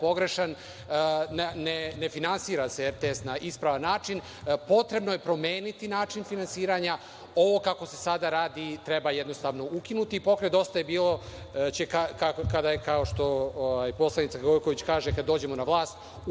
Ne finansira se RTS na ispravan način. Potrebno je promeniti način finansiranja, ovo kako se sada radi treba jednostavno ukinuti. Pokret DJB će, kao što je poslanica Gojković kaže, kada dođemo na vlast,